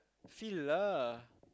Fila